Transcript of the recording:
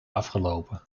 afgelopen